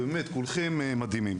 כולם מדהימים.